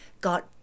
got